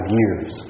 years